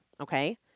okay